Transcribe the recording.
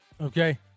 Okay